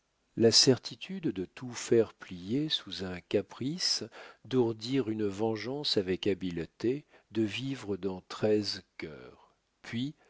la certitude de tout faire plier sous un caprice d'ourdir une vengeance avec habileté de vivre dans treize cœurs puis